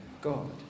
God